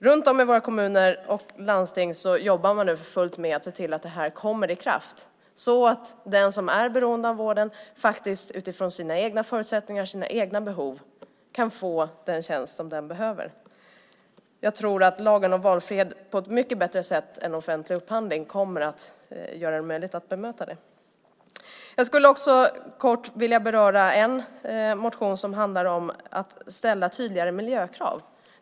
Runt om i våra kommuner och landsting jobbar man nu för fullt med att se till att det här kommer i kraft så att den som är beroende av vården utifrån sina egna förutsättningar och sina egna behov kan få den tjänst som han eller hon behöver. Jag tror att lagen om valfrihet på ett mycket bättre sätt än lagen om offentlig upphandling kommer att göra det möjligt att bemöta det. Jag ska kort beröra en motion som handlar om att ställa tydligare miljökrav.